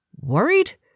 Worried